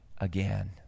again